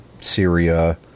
Syria